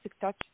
touch